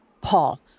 Paul